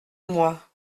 moi